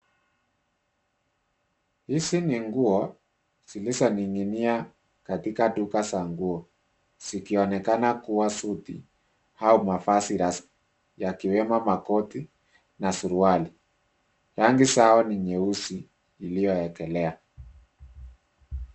Hizi ni nguo zilizoning'inia katika duka za nguo zikionekana kuwa suti au mavazi rasmi yakiwemo makoti na suruali. Rangi zao ni nyeusi iliyoekelea.